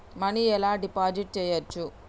Money ఎలా deposit చేయచ్చు?